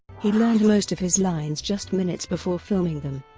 he learned most of his lines just minutes before filming them.